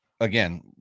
again